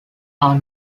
are